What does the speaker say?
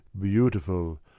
beautiful